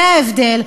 זה ההבדל.